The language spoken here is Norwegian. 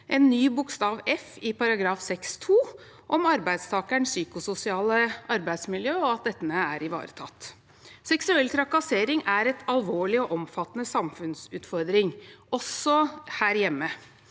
en ny bokstav f i § 6-2 om arbeidstakerens psykososiale arbeidsmiljø, og at dette er ivaretatt. Seksuell trakassering er en alvorlig og omfattende samfunnsutfordring også her hjemme.